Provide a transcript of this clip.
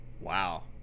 Wow